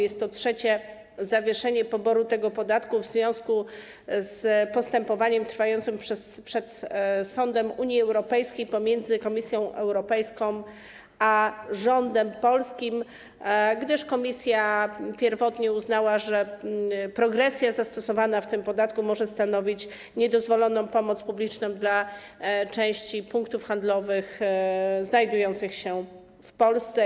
Jest to trzecie zawieszenie poboru tego podatku w związku z postępowaniem trwającym przed sądem Unii Europejskiej pomiędzy Komisją Europejską a rządem polskim, gdyż Komisja pierwotnie uznała, że progresja zastosowana w tym podatku może stanowić niedozwoloną pomoc publiczną dla części punktów handlowych znajdujących się w Polsce.